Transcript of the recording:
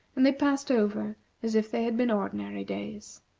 and they passed over as if they had been ordinary days.